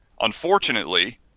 unfortunately